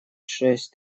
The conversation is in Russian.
шесть